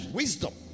wisdom